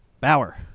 Bauer